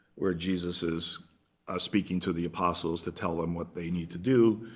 where jesus is speaking to the apostles to tell them what they need to do.